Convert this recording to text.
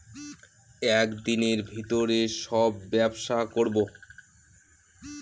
এক দিনের ভিতরে সব ব্যবসা করবো